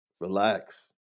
relax